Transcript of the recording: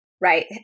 right